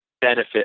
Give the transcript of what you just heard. benefit